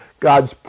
God's